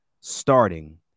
starting